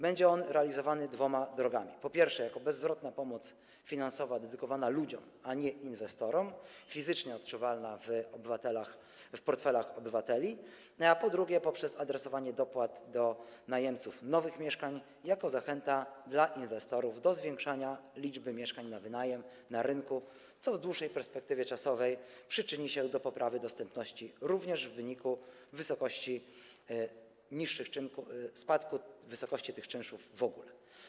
Będzie on realizowany dwoma drogami: po pierwsze, jako bezzwrotna pomoc finansowa dedykowana ludziom, a nie inwestorom, fizycznie odczuwalna w portfelach obywateli, a po drugie, poprzez adresowanie dopłat do najemców nowych mieszkań, jako zachęta dla inwestorów do zwiększania liczby mieszkań na wynajem na rynku, co w dłuższej perspektywie czasowej przyczyni się do poprawy ich dostępności również w wyniku niższych czynszów, spadku wysokości czynszów w ogóle.